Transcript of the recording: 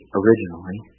originally